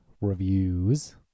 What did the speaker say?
reviews